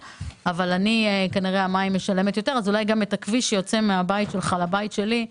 אולי גם את הכביש שיוצא מהבית שלך לבית שלי,